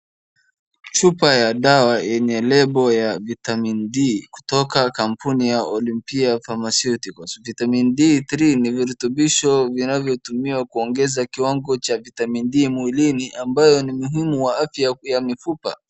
Chupa ya dawa yenye lebo ya Vitamin D kutoka kampuna ya Olympia Pharmaceuticals. Vitamin D3 ni virutubisho vinavyotumiwa kuongeza kiwango cha Vitamin D mwilini ambayo ni muhimu wa afya ya mifupa